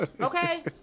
Okay